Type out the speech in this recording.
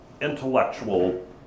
intellectual